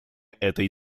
этой